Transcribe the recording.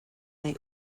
they